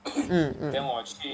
mm mm